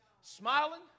Smiling